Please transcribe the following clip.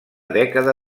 dècada